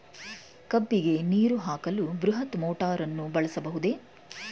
ಕಬ್ಬಿಗೆ ನೀರು ಹಾಕಲು ಬೃಹತ್ ಮೋಟಾರನ್ನು ಬಳಸಬಹುದೇ?